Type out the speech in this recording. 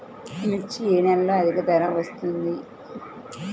మిర్చి ఏ నెలలో అధిక ధర వస్తుంది?